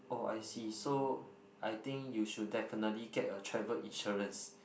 oh I see so I think you should definitely get a travel insurance